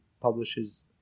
publishes